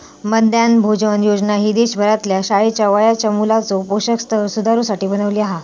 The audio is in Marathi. मध्यान्ह भोजन योजना ही देशभरातल्या शाळेच्या वयाच्या मुलाचो पोषण स्तर सुधारुसाठी बनवली आसा